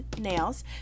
nails